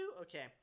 Okay